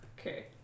Okay